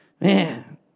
man